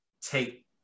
take